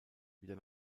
wieder